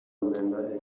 amanda